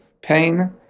pain